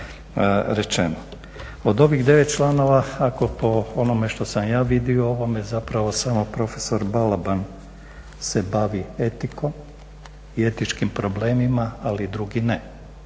Od ovih 9 članova ako po onome što sam ja vidio o ovome zapravo samo profesor Balaban se bavi etikom i etičkim problemima, ali drugi ne.